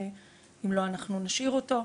ואם לא אנחנו נשאיר אותו,